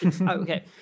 okay